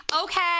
Okay